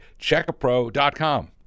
Checkapro.com